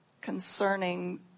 concerning